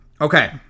okay